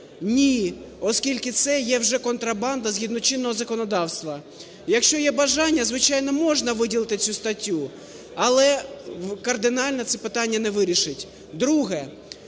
Ні, оскільки це є вже контрабанда, згідно чинного законодавства. Якщо є бажання, звичайно, можна виділити цю статтю, але кардинально це питання не вирішить.